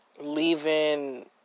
leaving